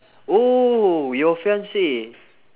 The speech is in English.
oh your fiancee